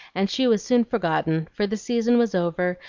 and she was soon forgotten for the season was over,